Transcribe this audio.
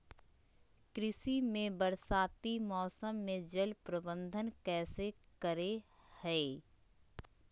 कृषि में बरसाती मौसम में जल प्रबंधन कैसे करे हैय?